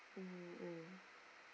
mm